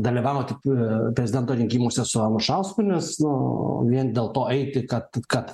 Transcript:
dalyvauti prezidento rinkimuose su anušausku nes nu o vien dėl to eiti kad kad